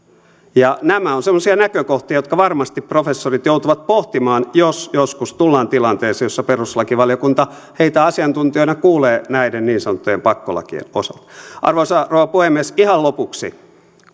nämä ovat semmoisia näkökohtia jotka varmasti professorit joutuvat pohtimaan jos joskus tullaan tilanteeseen jossa perustuslakivaliokunta heitä asiantuntijoina kuulee näiden niin sanottujen pakkolakien osalta arvoisa rouva puhemies ihan lopuksi